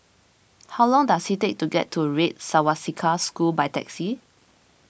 how long does it take to get to Red Swastika School by taxi